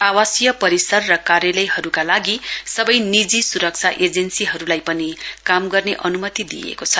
आवासीय परिसर र कार्यालयहरुका लागि सवै निजी सुरक्षा एजेन्सीहरुलाई पनि काम गर्ने अनुमति दिइएको छ